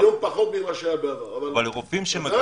היום פחות מאשר בעבר, אבל עדיין.